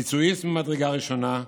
ביצועיסט ממדרגה ראשונה,